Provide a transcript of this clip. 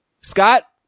Scott